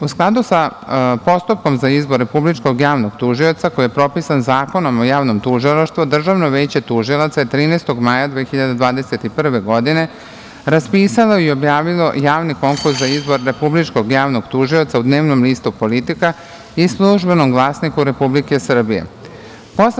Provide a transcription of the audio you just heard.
U skladu sa postupkom za izbor Republičkog javnog tužioca koji je propisan Zakonom o javnom tužilaštvu, Državno veće tužilaca je 13. maja 2021. godine raspisalo i objavilo javni konkurs za izbor Republičkog javnog tužioca u dnevnom listu „Politika“ i „Službenom glasniku“ Republike Srbije.